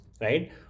right